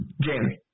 Jamie